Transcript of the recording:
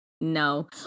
No